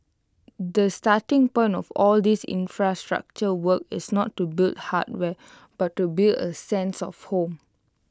the starting point of all these infrastructure work is not to build hardware but to build A sense of home